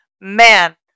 man